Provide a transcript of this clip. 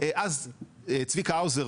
אז שמוליק האוזר